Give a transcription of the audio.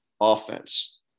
offense